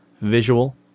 visual